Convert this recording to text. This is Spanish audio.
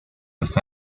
los